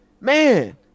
man